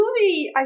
movie